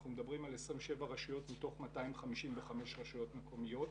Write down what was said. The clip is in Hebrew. אנחנו מדברים על 27 רשויות מתוך 255 רשויות מקומיות.